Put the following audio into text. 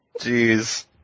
Jeez